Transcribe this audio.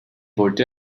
wollte